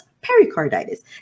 pericarditis